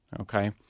okay